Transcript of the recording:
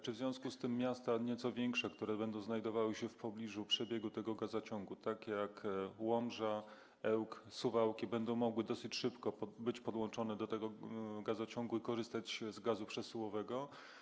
Czy w związku z tym miasta nieco większe, które będą znajdowały się w pobliżu przebiegu tego gazociągu, takie jak Łomża, Ełk, Suwałki, będą mogły dosyć szybko być podłączone do tego gazociągu i korzystać z gazu przesyłowego?